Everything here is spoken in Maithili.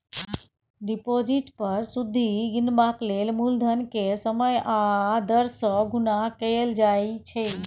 डिपोजिट पर सुदि गिनबाक लेल मुलधन केँ समय आ दर सँ गुणा कएल जाइ छै